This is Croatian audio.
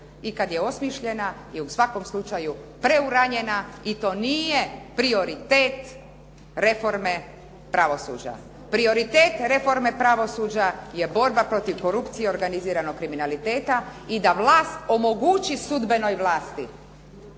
i kad je osmišljena je u svakom slučaju preuranjena i to nije prioritet reforme pravosuđa. Prioritet reforme pravosuđa je borba protiv korupcije i organiziranog kriminaliteta i da vlast omogući sudbenoj vlasti